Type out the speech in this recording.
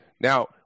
Now